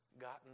gotten